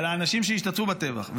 על האנשים שהשתתפו בטבח.